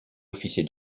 officier